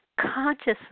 consciously